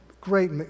great